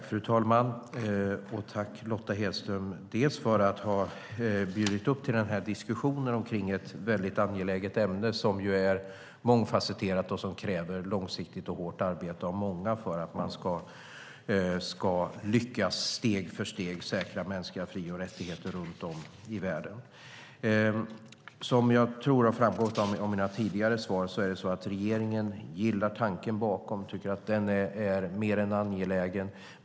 Fru talman! Tack, Lotta Hedström, för att ha bjudit till diskussionen om ett väldigt angeläget ämne som är mångfasetterat och kräver långsiktigt och hårt arbete av många för att man ska lyckas steg för steg säkra mänskliga fri och rättigheter runt om i världen. Som jag tror har framgått av mina tidigare svar gillar regeringen tanken bakom och tycker att den är mer än ängelägen.